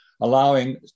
allowing